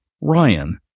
Ryan